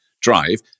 drive